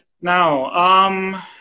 Now